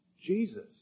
Jesus